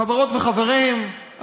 חברות וחברים,